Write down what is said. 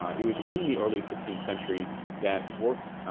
it was in the early sixteenth century that works,